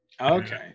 Okay